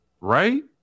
right